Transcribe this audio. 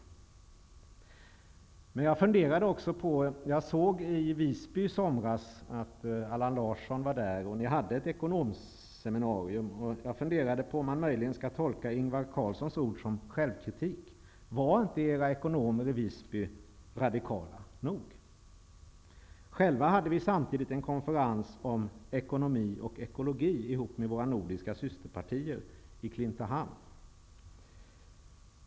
I somras såg jag att Allan Larsson var i Visby och att Socialdemokraterna hade ett ekonomiskt seminarium. Jag funderade på om man möjligen skall tolka Ingvar Carlssons ord som självkritik. Var era ekonomer i Visby inte radikala nog? Vi i Vänsterpartiet hade samtidigt, tillsammans med våra nordiska systerpartier, en konferens om ekonomi och ekologi i Klintehamn.